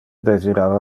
desirava